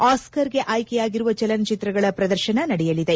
ಆಸ್ಕರ್ಗೆ ಆಯ್ಕೆ ಯಾಗಿರುವ ಚಲನಚಿತ್ರಗಳ ಪ್ರದರ್ಶನ ನಡೆಯಲಿದೆ